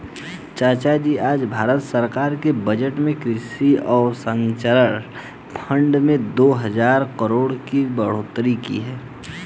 चाचाजी आज भारत सरकार ने बजट में कृषि अवसंरचना फंड में दो हजार करोड़ की बढ़ोतरी की है